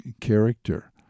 character